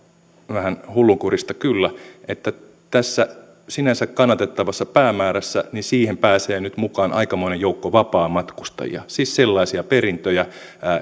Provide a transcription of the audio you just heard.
vähän hullunkurista kyllä että tähän sinänsä kannatettavaan päämäärään pääsee nyt mukaan aikamoinen joukko vapaamatkustajia siis sellaisia perintöjä